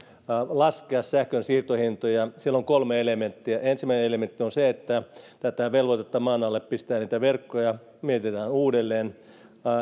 laskea sähkönsiirtohintoja siellä on kolme elementtiä ensimmäinen elementti on se että velvoitetta pistää niitä verkkoja maan alle mietitään uudelleen